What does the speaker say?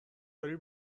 داری